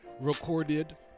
recorded